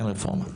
אין רפורמה,